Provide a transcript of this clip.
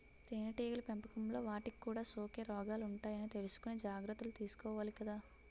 తేనెటీగల పెంపకంలో వాటికి కూడా సోకే రోగాలుంటాయని తెలుసుకుని జాగర్తలు తీసుకోవాలి కదా